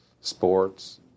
sports